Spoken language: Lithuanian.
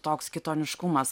toks kitoniškumas